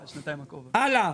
הלאה.